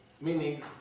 Meaning